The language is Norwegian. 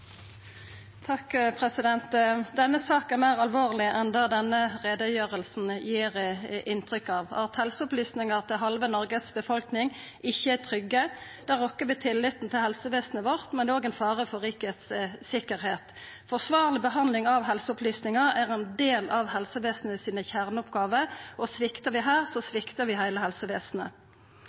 Denne saka er meir alvorleg enn det denne utgreiinga gir inntrykk av. At helseopplysningar om halve Noregs befolkning ikkje er trygge, rokkar ved tilliten til helsestellet vårt, men det er òg ein fare for rikets sikkerheit. Forsvarleg behandling av helseopplysningar er ein del av kjerneoppgåvene til helsestellet, og sviktar vi her, sviktar vi heile